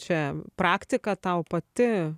čia praktika tau pati